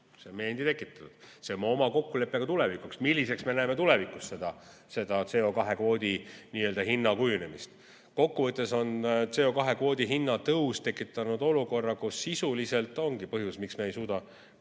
See on meie endi tekitatud, see on meie oma kokkulepe ka tulevikuks, millisena me näeme tulevikus seda CO2kvoodi hinna kujunemist. Kokkuvõttes on CO2kvoodi hinna tõus tekitanud olukorra, kus see sisuliselt ongi põhjus, miks me ei suuda